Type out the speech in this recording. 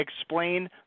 explain